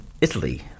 Italy